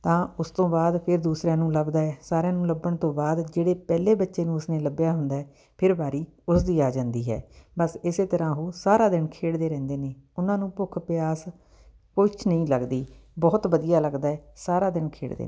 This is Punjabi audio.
ਤਾਂ ਉਸ ਤੋਂ ਬਾਅਦ ਫਿਰ ਦੂਸਰਿਆਂ ਨੂੰ ਲੱਭਦਾ ਹੈ ਸਾਰਿਆਂ ਨੂੰ ਲੱਭਣ ਤੋਂ ਬਾਅਦ ਜਿਹੜੇ ਪਹਿਲੇ ਬੱਚੇ ਨੂੰ ਉਸਨੇ ਲੱਭਿਆ ਹੁੰਦਾ ਫਿਰ ਵਾਰੀ ਉਸਦੀ ਆ ਜਾਂਦੀ ਹੈ ਬਸ ਇਸ ਤਰ੍ਹਾਂ ਉਹ ਸਾਰਾ ਦਿਨ ਖੇਡਦੇ ਰਹਿੰਦੇ ਨੇ ਉਹਨਾਂ ਨੂੰ ਭੁੱਖ ਪਿਆਸ ਕੁਛ ਨਹੀਂ ਲੱਗਦੀ ਬਹੁਤ ਵਧੀਆ ਲੱਗਦਾ ਸਾਰਾ ਦਿਨ ਖੇਡਦੇ